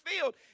field